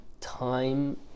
Time